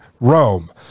Rome